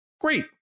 Great